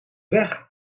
weg